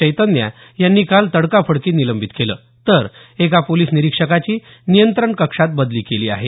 चैतन्या यांनी काल तडकाफडकी निलंबित केलं तर एका पोलीस निरीक्षकाची नियंत्रण कक्षात बदली केली आहे